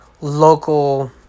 local